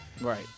Right